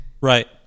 Right